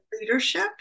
Leadership